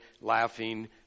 laughing